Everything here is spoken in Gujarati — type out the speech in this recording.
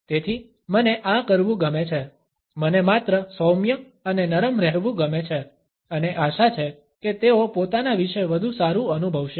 તેથી મને આ કરવું ગમે છે મને માત્ર સૌમ્ય અને નરમ રહેવું ગમે છે અને આશા છે કે તેઓ પોતાના વિશે વધુ સારું અનુભવશે